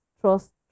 trust